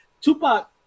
Tupac